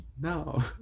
No